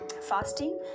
Fasting